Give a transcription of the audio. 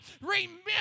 remember